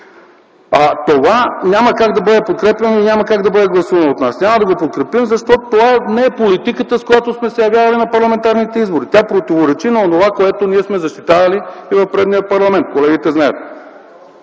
Това няма как да бъде подкрепено и няма как да бъде гласувано от нас. Няма да го подкрепим, защото това не е политиката, с която сме се явявали на парламентарните избори. Тя противоречи на онова, което ние сме защитавали и в предния парламент. Колегите знаят.